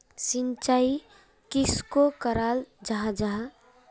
सिंचाई किसोक कराल जाहा जाहा?